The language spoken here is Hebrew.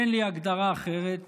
אין לי הגדרה אחרת